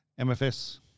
MFS